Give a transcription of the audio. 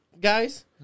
guys